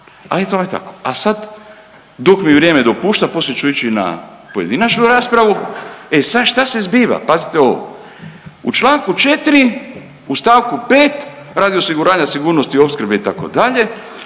je tome tako. A sada dok mi vrijeme dopušta, poslije ću ići na pojedinačnu raspravu, e sada što se zbiva pazite ovo. U članku 4. u stavku 5. „Radi osiguranja sigurnosti i opskrbe“ itd.